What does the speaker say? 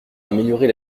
améliorer